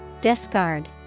Discard